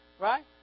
right